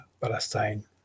Palestine